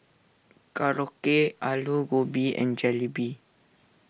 Korokke Alu Gobi and Jalebi